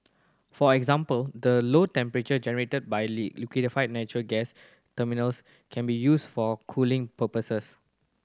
for example the low temperature generated by liquefied natural gas terminals can be used for cooling purposes